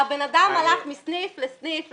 והבן אדם הלך מסניף לסניף לסניף,